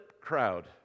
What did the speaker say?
crowd